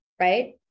right